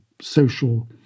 social